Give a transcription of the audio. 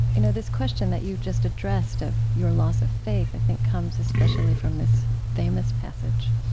you know, this question that you just addressed of your loss of faith, i think comes especially from this famous passage